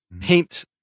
paint